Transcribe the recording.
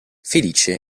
felice